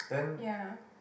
ya